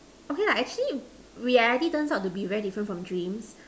okay lah actually reality turns out to be very different from dreams